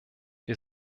wir